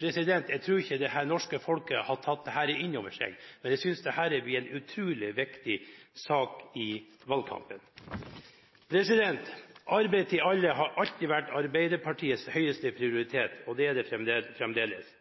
Jeg tror ikke det norske folket har tatt dette inn over seg, men jeg synes det blir en utrolig viktig sak i valgkampen. Arbeid til alle har alltid vært Arbeiderpartiets høyeste prioritet, og det er det fremdeles.